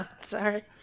Sorry